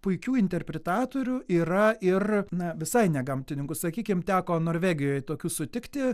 puikių interpretatorių yra ir na visai ne gamtininkų sakykim teko norvegijoj tokių sutikti